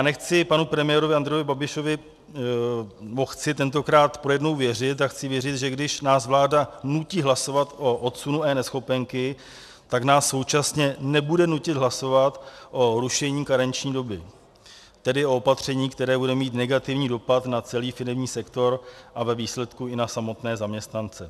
Chci panu premiérovi Andreji Babišovi tentokrát pro jednou věřit a chci věřit, že když nás vláda nutí hlasovat o odsunu eNeschopenky, tak nás současně nebude nutit hlasovat o rušení karenční doby, tedy o opatření, které bude mít negativní dopad na celý firemní sektor a ve výsledku i na samotné zaměstnance.